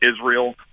Israel